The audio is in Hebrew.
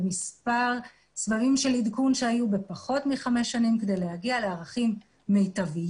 במספר צבעים של עדכון שהיינו בפחות מחמש שנים כדי להגיע לערכים מיטביים.